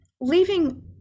leaving